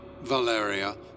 Valeria